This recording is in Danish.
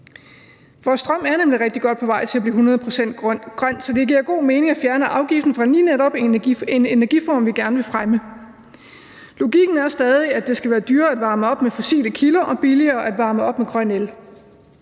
Vores strøm er nemlig rigtig godt på vej til at blive 100 pct. grøn, så det giver god mening at fjerne afgiften fra lige netop en energiform, vi gerne vil fremme. Logikken er stadig, at det skal være dyrere at varme op med fossile kilder og billigere at varme op med grøn el.